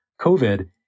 COVID